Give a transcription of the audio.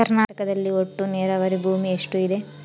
ಕರ್ನಾಟಕದಲ್ಲಿ ಒಟ್ಟು ನೇರಾವರಿ ಭೂಮಿ ಎಷ್ಟು ಇದೆ?